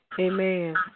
Amen